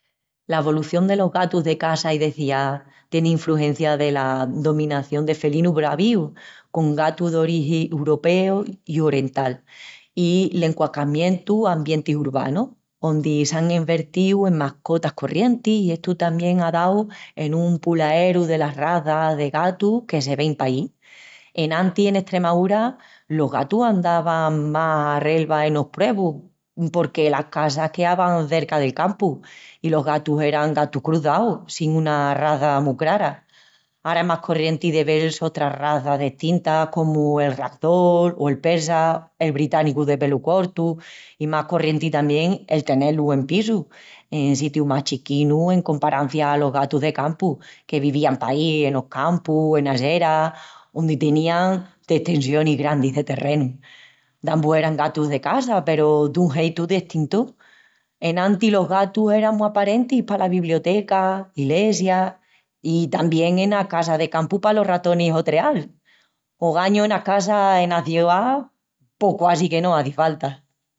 La volución delos gatus de casa i de ciá tien infrugencia dela dominación de felinus bravíus, con gatus d'origi uropeu i orental, i l'enquacamientu a ambientis urbanus, ondi s'án envertíu en mascotas corrientis i estu tamién á dau en un pulaeru delas razas de gatu que se vein paí. Enantis, en Estremaúra, los gatus andavan más a relva enos puebrus, porque las casas queavan cerca del campu, i los gatus eran gatus cruzaus, sin una raza mu crara. Ara es más corrienti de vel sotras razas destintas comu el ragdoll, o el persa, el británicu de pelu cortu i más corrienti tamién el tené-lus en pisus, en sitius más chiquinus en comparancia alos gatus de campu, que vivían paí enos campus o enas eras, ondi tenian destensionis grandis de terrenu. Dambus eran gatus de casa, peru dun jeitu destintu. Enantis los gatus eran mu aparentis palas bibliotecas, ilesias i tamién enas casas de campu palos ratonis hotreal. Ogañu enas casas ena ciá pos quasi que no hazi falta.